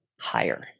higher